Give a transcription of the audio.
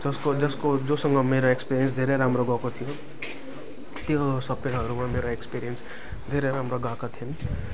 जसको जसको जोसँग मेरो एक्सपिरियन्स धेरै राम्रो भएको थियो त्यो सबैहरूमा मेरो एक्सपिरियन्स धेरै राम्रो गएको थियो